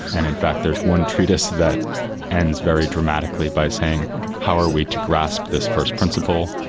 and in fact there's one treatise that ends very dramatically by saying how are we to grasp this first principle?